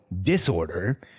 disorder